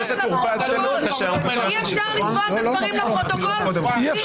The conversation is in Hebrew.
אי אפשר לשמוע בלי מיקרופון.